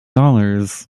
dollars